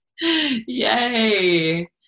Yay